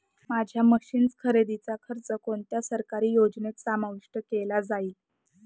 माझ्या मशीन्स खरेदीचा खर्च कोणत्या सरकारी योजनेत समाविष्ट केला जाईल?